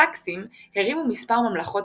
הסקסים הקימו מספר ממלכות